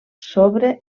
sobre